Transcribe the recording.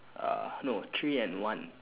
uh no three and one